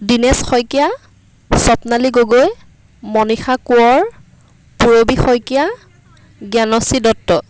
Dinesh Saikia Swapnali Gogoi Manisha Konwar Purabi Saikia Gyanashree Dutta